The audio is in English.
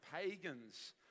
pagans